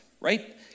right